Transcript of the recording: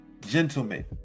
gentlemen